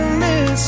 miss